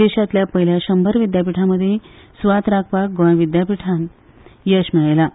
देशांतल्या पयल्या शंबरल विद्यापिठां मदीं सुवात राखपाक गोंय विद्यापिठान येस जोडलां